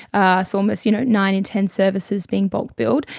ah so almost you know nine in ten services being bulk billed.